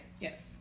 Yes